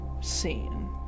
seen